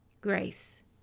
Grace